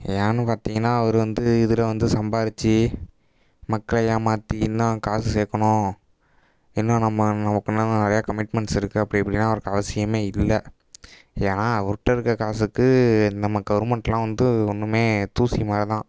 ஏன்னு பார்த்தீங்கன்னா அவர் வந்து இதில் வந்து சம்பாதிச்சி மக்களை ஏமாற்றி இன்னும் காசு சேர்க்கணும் இன்னும் நம்ம நமக்குன்னு இன்னும் நிறைய கமிட்மெண்ட்ஸ் இருக்குது அப்படி இப்படின்னுலாம் அவருக்கு அவசியமே இல்லை ஏன்னா அவருட்ட இருக்க காசுக்கு நம்ம கவர்மெண்ட்டுலாம் வந்து ஒன்றுமே தூசி மாதிரி தான்